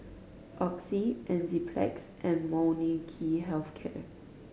Oxy Enzyplex and Molnylcke Health Care